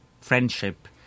friendship